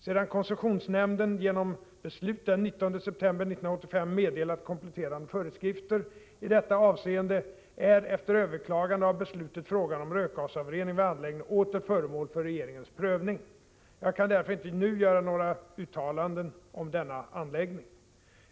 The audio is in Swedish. Sedan koncessionsnämnden genom beslut den 19 september 1985 meddelat kompletterande föreskrifter i detta avseende är efter överklagande av beslutet frågan om rökgasreningen vid anläggningen åter föremål för regeringens prövning. Jag kan därför inte nu göra något uttalande om denna anläggning.